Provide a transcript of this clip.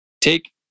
take